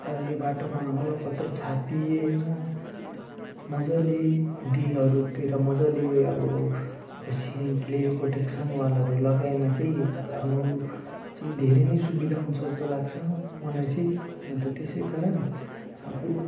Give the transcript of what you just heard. यो बाटोमा अलकत्र छापिएमा मज्जाले डिलहरूतिर मज्जाले अब सिमेन्टले प्रोटेक्सन वालहरू लगाएमा चाहिँ अब चाहिँ धेरै नै सुविधा हुन्छ जस्तो लाग्छ मलाई चाहिँ अन्त त्यसै कारण अब